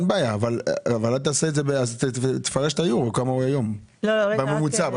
אבל תפרש את היורו כמה הוא היום בממוצע.